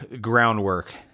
Groundwork